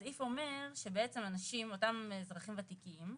הסעיף אומר שאותם אזרחים ותיקים,